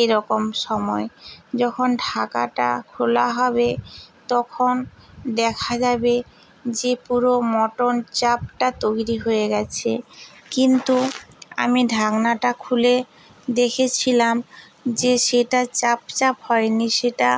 এরকম সময় যখন ঢাকাটা খোলা হবে তখন দেখা যাবে যে পুরো মটন চাঁপটা তৈরি হয়ে গেছে কিন্তু আমি ঢাকনাটা খুলে দেখেছিলাম যে সেটা চাপচাপ হয়নি সেটা